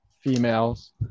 females